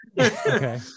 okay